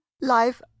Life